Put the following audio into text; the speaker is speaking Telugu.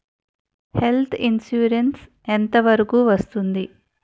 హెల్త్ ఇన్సురెన్స్ ఎంత వరకు వస్తుంది?